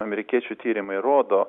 amerikiečių tyrimai rodo